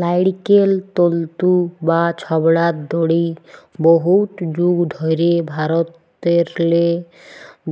লাইড়কেল তল্তু বা ছবড়ার দড়ি বহুত যুগ ধইরে ভারতেরলে